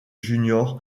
junior